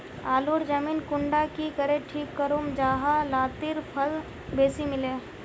आलूर जमीन कुंडा की करे ठीक करूम जाहा लात्तिर फल बेसी मिले?